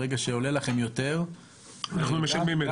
ברגע שעולה לכם יותר --- אנחנו משלמים את זה.